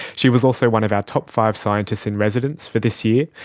she was also one of our top five scientists in residence for this year,